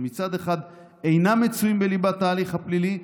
שמצד אחד אינם מצויים בליבת ההליך הפלילי,